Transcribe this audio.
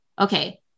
okay